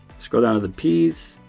scroll down of the p's.